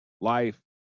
life